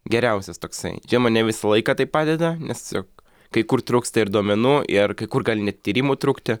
geriausias toksai čia mane visą laiką taip padeda nes jog kai kur trūksta ir duomenų ir kai kur gali net tyrimų trūkti